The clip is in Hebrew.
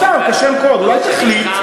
סתם, כשם קוד, אולי תחליט.